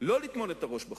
לא לטמון את הראש בחול.